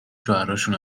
شوهراشون